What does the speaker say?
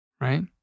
right